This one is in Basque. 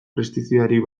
pestizidarik